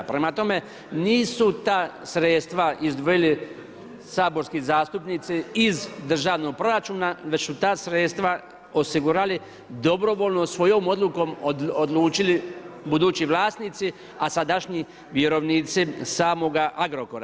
Prema tome, nisu ta sredstva izdvojili saborski zastupnici iz državnog proračuna već su ta sredstva osigurali dobrovoljno, svojom odlukom odlučili budući vlasnici a sadašnji vjerovnici samoga Agrokora.